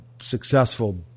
successful